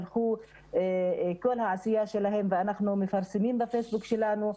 הם שלחו את כל העשייה שלהם ואנחנו מפרסמים בפייסבוק שלנו.